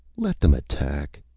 let them attack!